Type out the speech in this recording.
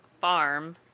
farm